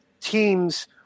teams